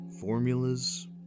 Formulas